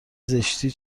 زشتی